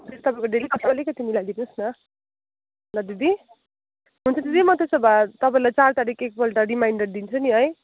दिदी तपाईँको डेलीबाट अलिकति मिलाइदिनु होस् न ल दिदी हुन्छ दिदी म त्यसो भए तपाईँलाई चार तारिक तपाईँलाई एकपल्ट रिमाइन्डर दिन्छु नि है